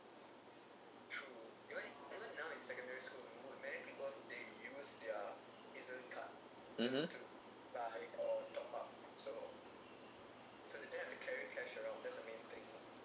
(uh huh)